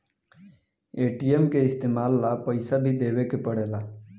ATM के इस्तमाल ला पइसा भी देवे के पड़ेला